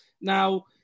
Now